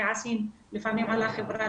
כעסים לפעמים על החברה,